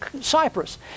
Cyprus